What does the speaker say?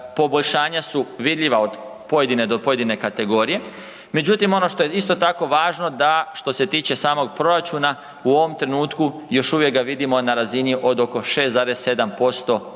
poboljšanja su vidljiva od pojedine do pojedine kategorije, međutim ono što je isto tako važno da što se tiče samog proračuna u ovom trenutku još uvijek ga vidimo na razini od oko 6,7% BDP-a